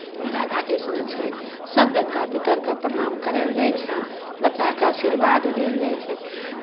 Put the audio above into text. राधाकृष्ण छथि सभ देवता पितरकेँ प्रणाम करायल जाइ छनि बच्चाकेँ आशीर्वाद देल जाइ छै